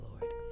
Lord